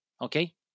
Okay